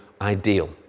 ideal